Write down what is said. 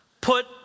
put